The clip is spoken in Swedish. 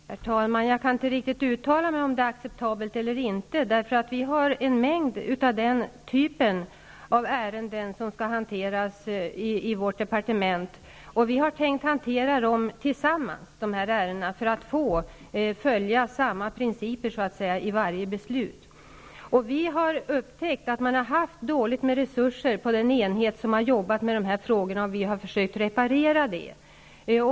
Herr talman! Jag kan inte riktigt uttala mig om huruvida väntetiden är acceptabel eller inte. Det finns en mängd ärenden av den typen som skall hanteras inom vårt departement. Dessa ärenden skall hanteras gemensamt, för att man skall kunna följa samma principer vid varje beslut. Vi har upptäckt att det har varit dåligt med resurser på den enhet som har arbetat med dessa ärenden, och det har vi försökt reparera.